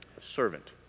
Servant